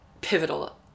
pivotal